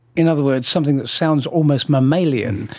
in other words, something that sounds almost mammalian,